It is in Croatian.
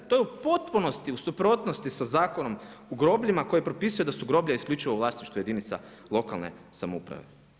To je u potpunosti u suprotnosti sa Zakonom o grobljima koji propisuje da su groblja isključivo u vlasništvu jedinica lokalne samouprave.